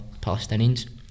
Palestinians